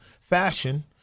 fashion